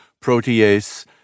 protease